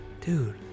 Dude